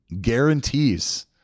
guarantees